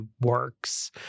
works